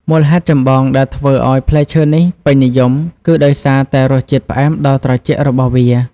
មូលហេតុចម្បងដែលធ្វើឲ្យផ្លែឈើនេះពេញនិយមគឺដោយសារតែរសជាតិផ្អែមដ៏ត្រជាក់របស់វា។